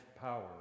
power